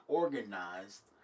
organized